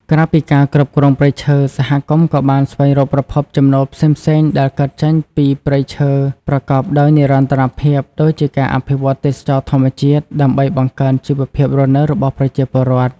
ក្រៅពីការគ្រប់គ្រងព្រៃឈើ សហគមន៍ក៏បានស្វែងរកប្រភពចំណូលផ្សេងៗដែលកើតចេញពីព្រៃឈើប្រកបដោយនិរន្តរភាពដូចជាការអភិវឌ្ឍទេសចរណ៍ធម្មជាតិ ដើម្បីបង្កើនជីវភាពរស់នៅរបស់ប្រជាពលរដ្ឋ។